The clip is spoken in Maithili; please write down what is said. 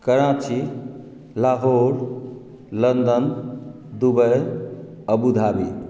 Karachi Lahore London Dubai Abu Dhabi